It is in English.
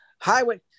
Highway